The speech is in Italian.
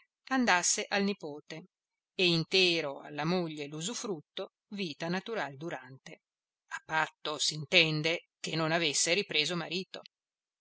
andasse al nipote e intero alla moglie l'usufrutto vita natural durante a patto s'intende che non avesse ripreso marito